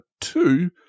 two